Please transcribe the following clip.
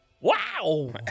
Wow